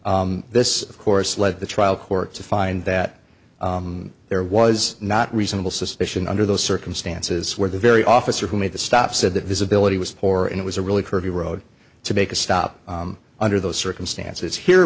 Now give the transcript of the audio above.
driving this of course led the trial court to find that there was not reasonable suspicion under those circumstances where the very officer who made the stop said the visibility was poor and it was a really curvy road to make a stop under those circumstances here